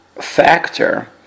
factor